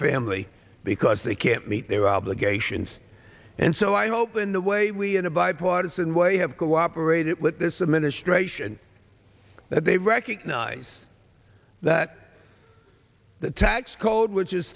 family because they can't meet their obligations and so i hope in the way we in a bipartisan way have cooperated with this administration that they recognize that the tax code which is